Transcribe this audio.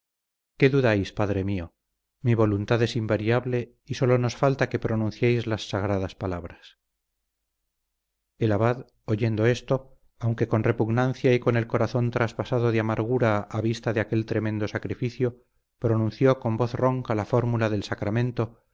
qué dudáis padre mío mi voluntad es invariable y sólo nos falta que pronunciéis las sagradas palabras el abad oyendo esto aunque con repugnancia y con el corazón traspasado de amargura a vista de aquel tremendo sacrificio pronunció con voz ronca la fórmula del sacramento